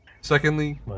secondly